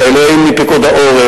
חיילים מפיקוד העורף,